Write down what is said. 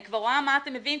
אני כבר רואה מה אתם מביאים,